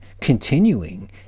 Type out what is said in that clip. continuing